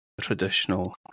traditional